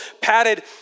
padded